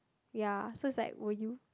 ya so it's like will you